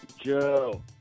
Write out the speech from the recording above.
Joe